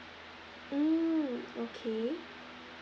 hmm okay